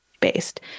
based